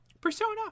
persona